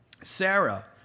Sarah